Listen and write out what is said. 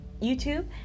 YouTube